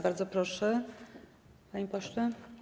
Bardzo proszę, panie pośle.